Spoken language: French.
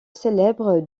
célèbre